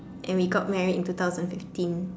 and we got married in two thousand sixteen